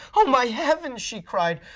oh my heavens, she cried,